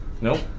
Nope